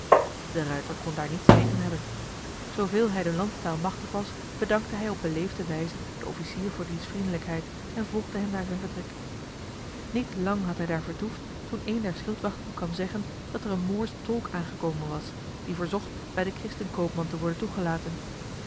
de ruijter kon daar niets tegen hebben zooveel hij de landstaal machtig was bedankte hij op beleefde wijze den officier voor diens vriendelijkheid en volgde hem naar zijn vertrek niet lang had hij daar vertoefd toen een der schildwachten kwam zeggen dat er een moorsch tolk aangekomen was die verzocht bij den christenkoopman te worden toegelaten